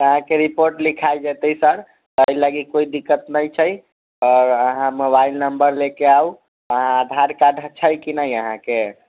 त अहाँके रिपोर्ट लिखायल जेतै सर एहिलके कोइ दिक्कत नहि छै और अहाँ मोबाइल नम्बर लयके आउ आधार कार्ड छै कि नहि अहाँके